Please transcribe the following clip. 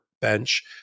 bench